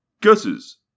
Guesses